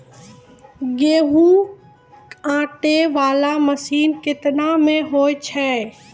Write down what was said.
गेहूँ काटै वाला मसीन केतना मे होय छै?